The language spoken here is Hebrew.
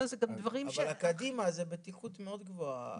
אבל הקדימה זה בטיחות מאוד גבוהה.